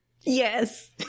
Yes